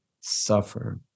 suffer